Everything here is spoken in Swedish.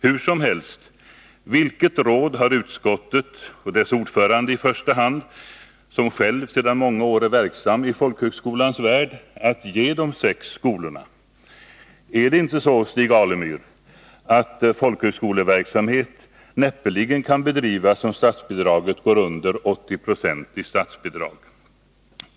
Hur som helst — vilket råd har utskottet, och i första hand dess ordförande, som själv sedan många år är verksam i folkhögskolans värld, att ge de sex skolorna? Är det inte så, Stig Alemyr, att folkhögskoleverksamhet näppeligen kan bedrivas om statsbidraget går under 80 76?